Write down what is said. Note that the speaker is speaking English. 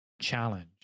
challenge